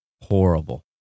horrible